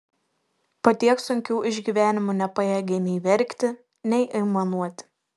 po tiek sunkių išgyvenimų nepajėgė nei verkti nei aimanuoti